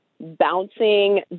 bouncing